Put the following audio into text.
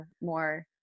more